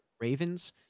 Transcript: ravens